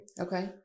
Okay